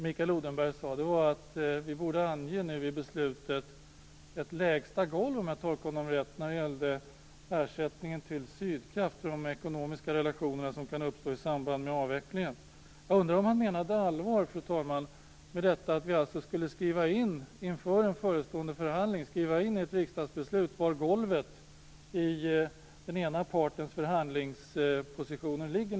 Mikael Odenberg sade, om jag tolkade honom rätt, att vi i beslutet borde ange ett lägsta golv när det gäller ersättningen till Sydkraft och de ekonomiska relationer som kan uppstå i samband med avvecklingen. Jag undrar om han menade allvar. Vi skulle alltså inför en förestående förhandling skriva in i ett riksdagsbeslut var golvet finns i den ena partens förhandlingspositioner.